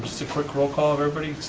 just a quick roll call of everybody,